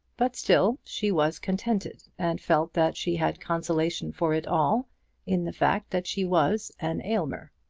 but still she was contented, and felt that she had consolation for it all in the fact that she was an aylmer.